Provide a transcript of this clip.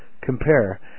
Compare